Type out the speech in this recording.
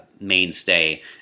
mainstay